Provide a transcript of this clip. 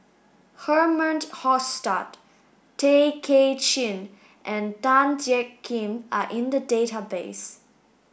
Herman Hochstadt Tay Kay Chin and Tan Jiak Kim are in the database